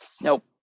Nope